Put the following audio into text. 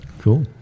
cool